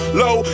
low